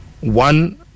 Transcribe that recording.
one